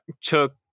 took